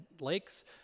lakes